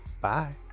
Bye